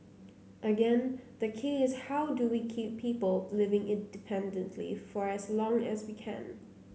again the key is how do we keep people living independently for as long as we can